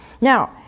Now